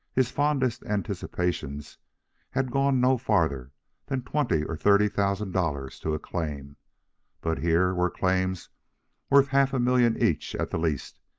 his fondest anticipation's had gone no farther than twenty or thirty thousand dollars to a claim but here were claims worth half a million each at the least,